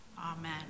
Amen